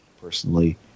personally